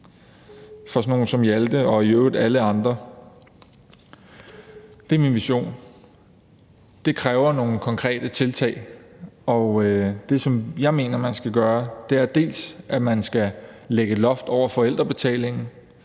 for sådan nogle som Hjalte og i øvrigt alle andre. Det er min vision. Det kræver nogle konkrete tiltag, og det, som jeg mener man skal gøre, er dels, at man skal lægge et loft over forældrebetalingen.